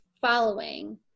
following